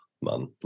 man